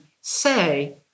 say